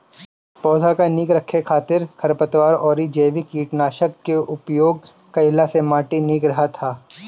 पौधा के निक रखे खातिर खरपतवार अउरी जैविक कीटनाशक के उपयोग कईला से माटी निक रहत ह